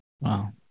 Wow